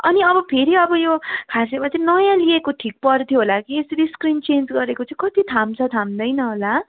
अनि अब फेरि अब यो खासैमा चाहिँ नयाँ लिएको ठिक पर्थ्यो होला कि यसरी स्क्रिन चेन्ज गरेको चाहिँ कति थाम्छ थाम्दैन होला